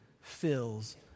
fills